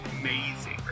amazing